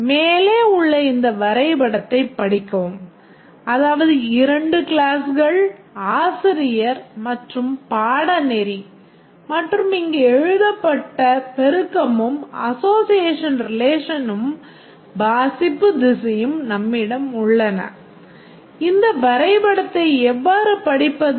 மேலே உள்ள இந்த வரைபடத்தைப் படிக்கவும் அதாவது 2 கிளாஸ்கள் ஆசிரியர் மற்றும் பாடநெறி மற்றும் இங்கு எழுதப்பட்ட பெருக்கமும் அசோஸியேஷன் ரிலேஷனும் வாசிப்பு திசையும் நம்மிடம் உள்ளன இந்த வரைபடத்தை எவ்வாறு படிப்பது